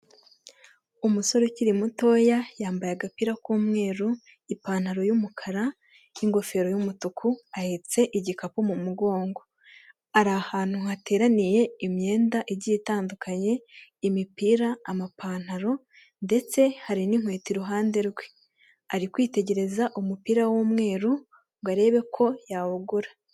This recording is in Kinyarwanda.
Umusore ukiri mutoya yambaye agapira k'umweru ipantaro y'umukara n'ingofero y'umutuku ahetse igikapu mu mugongo ari ahantu hateraniye imyenda igiye itandukanye imipira, amapantaro ndetse hari n'inkweto iruhande rwe ari kwitegereza umupira w'umweru ngo arebe ko yawugura.